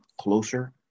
closer